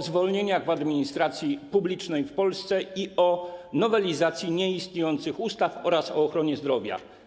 zwolnieniach w administracji publicznej w Polsce i o nowelizacji nieistniejących ustaw oraz o ochronie zdrowia.